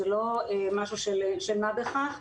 זה לא משהו של מה בכך,